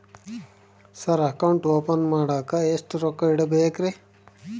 Sir account open ಮಾಡಾಕ ಎಷ್ಟು ರೊಕ್ಕ ಇಡಬೇಕ್ರಿ?